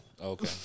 Okay